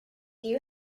you